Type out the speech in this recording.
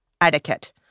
Etiquette